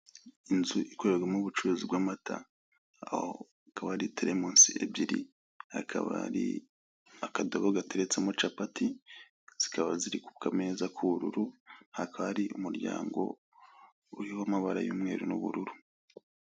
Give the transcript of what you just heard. Inzu ikorerwamo ubucuruzi bw'amata aho hakaba hari terimusi ebyiri hakaba hari akadobo gateretsemo capati zikaba ziri ku kameza k'ubururu, hakaba hari umuryango urimo amabara y'umweru n'ubururu.